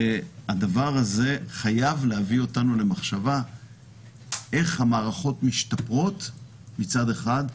והדבר הזה חייב להביא אותנו למחשבה איך המערכות משתפרות מצד אחד,